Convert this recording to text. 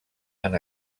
han